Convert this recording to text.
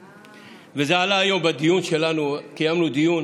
וזה עלה היום בדיון שלנו, קיימנו דיון